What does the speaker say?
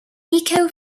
eco